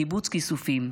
בקיבוץ כיסופים,